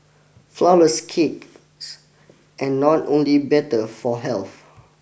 flourless cakes and not only better for health